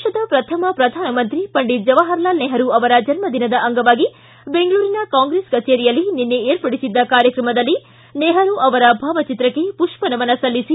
ದೇಶದ ಪ್ರಥಮ ಪ್ರಧಾನಮಂತ್ರಿ ಪಂಡಿತ್ ಜವಾಪರಲಾಲ್ ನೆಹರೂ ಅವರ ಜನ್ಮದಿನದ ಅಂಗವಾಗಿ ಕ್ಷೀನ್ಸ್ ರಸ್ತೆಯ ಕಾಂಗ್ರೆಸ್ ಕಚೇರಿಯಲ್ಲಿ ನಿನ್ನೆ ಏರ್ಪಡಿಸಿದ್ದ ಕಾರ್ಯಕ್ರಮದಲ್ಲಿ ನೆಪರೂ ಅವರ ಭಾವಚಿತ್ರಕ್ಷೆ ಪುಷ್ಪ ನಮನ ಸಲ್ಲಿಸಿ